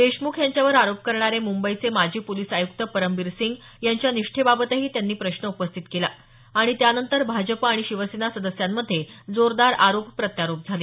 देशमुख यांच्यावर आरोप करणारे मुंबईचे माजी पोलीस आयुक्त परमबीर सिंग यांच्या निष्ठेबाबतही त्यांनी प्रश्न उपस्थित केला आणि त्यानंतर भाजपा आणि शिवसेना सदस्यांमधे जोरदार आरोप प्रत्यारोप झाले